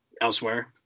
elsewhere